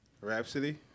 Rhapsody